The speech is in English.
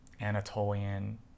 Anatolian